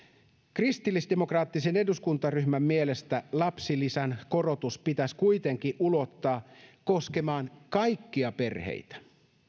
kristillisdemokraattisen eduskuntaryhmän mielestä lapsilisän korotus pitäisi kuitenkin ulottaa koskemaan kaikkia perheitä